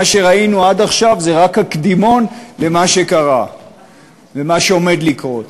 מה שראינו עד עכשיו זה רק הקדימון למה שעומד להיות.